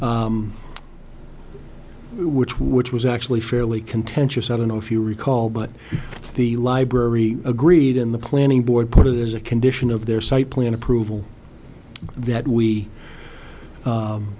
process which which was actually fairly contentious i don't know if you recall but the library agreed in the planning board put it as a condition of their site plan approval that we